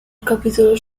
capítulos